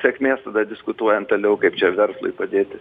sėkmės tada diskutuojant toliau kaip čia verslui padėti